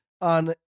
on